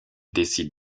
décide